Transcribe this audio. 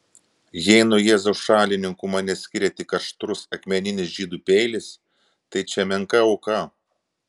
jei nuo jėzaus šalininkų mane skiria tik aštrus akmeninis žydų peilis tai čia menka auka